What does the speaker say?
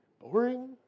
boring